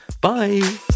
Bye